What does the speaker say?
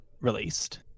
released